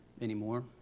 anymore